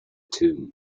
tomb